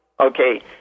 Okay